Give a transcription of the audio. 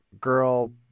girl